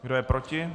Kdo je proti?